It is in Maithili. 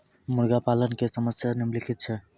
मुर्गा पालन के समस्या निम्नलिखित छै